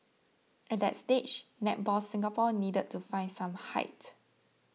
at that stage Netball Singapore needed to find some height